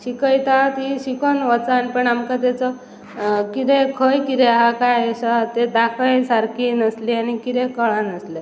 शिकयता ती शिकोन वच पण आमकां तेचो कितें खंय कितें आहा कांय आहा तें दाखय सारकी नासली आनी कितें कळ नासलें